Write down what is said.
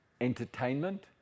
entertainment